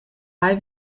mai